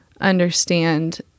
understand